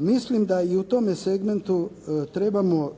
mislim da i u tome segmentu trebamo